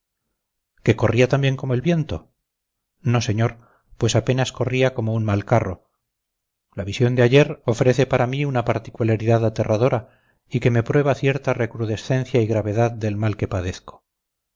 que corría también como el viento no señor pues apenas corría como un mal carro la visión de ayer ofrece para mí una particularidad aterradora y que me prueba cierta recrudescencia y gravedad del mal que padezco